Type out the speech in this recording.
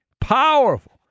powerful